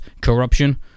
corruption